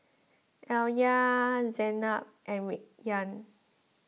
Alya Zaynab and Rayyan